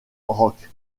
rock